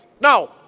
now